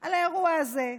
על האירוע הזה.